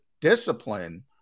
discipline